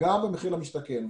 גם במחיר למשתכן.